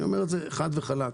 אני אומר חד וחלק,